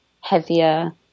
heavier